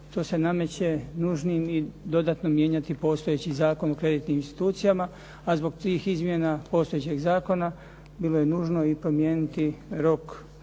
to se nameće nužnim i dodatno mijenjati postojeći Zakon o kreditnim institucijama, a zbog tih izmjena postojećeg zakona bilo je nužno i promijeniti rok